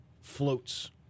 floats